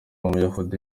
umuyahudi